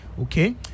Okay